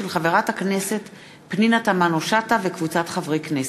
של חברת הכנסת פנינה תמנו-שטה וקבוצת חברי הכנסת.